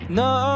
no